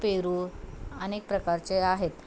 पेरू अनेक प्रकारचे आहेत